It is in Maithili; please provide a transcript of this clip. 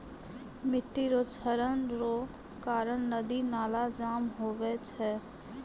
मिट्टी रो क्षरण रो कारण नदी नाला जाम हुवै छै